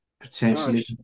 potentially